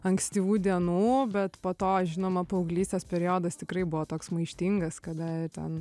ankstyvų dienų bet po to žinoma paauglystės periodas tikrai buvo toks maištingas kada ten